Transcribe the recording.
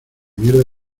mierda